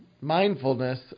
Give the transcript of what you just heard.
mindfulness